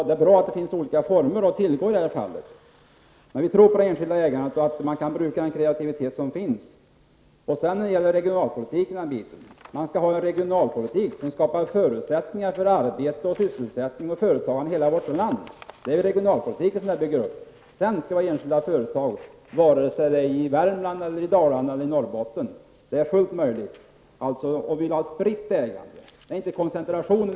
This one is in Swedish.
Det är bra att det finns olika former att tillgå. Vi tror på det enskilda ägandet och på att man kan utnyttja den kreativitet som finns. Man skall föra en regionalpolitik som skapar förutsättningar för arbete, sysselsättning och företagande i hela vårt land. Det är den regionalpolitik som vi bygger upp. Sedan skall det finnas enskilda företag, vare sig de är belägna i Värmland, i Dalarna eller i Norrbotten. Det är fullt möjligt. Vi vill ha spritt ägande och inte koncentration.